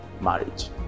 marriage